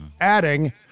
adding